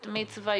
בת מצווה,